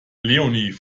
leonie